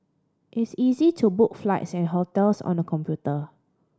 it's easy to book flights and hotels on the computer